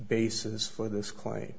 basis for this cla